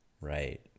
Right